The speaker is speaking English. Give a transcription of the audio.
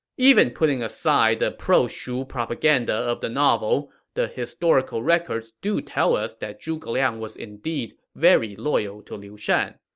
even putting aside the pro-shu propaganda of the novel, the historical records do tell us that zhuge liang was indeed very loyal to liu shan.